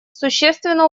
существенно